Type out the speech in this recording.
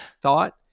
thought